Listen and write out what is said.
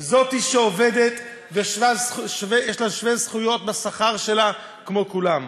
זאת שעובדת והיא שוות זכויות בשכר שלה כמו כולם.